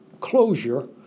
closure